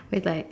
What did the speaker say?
with like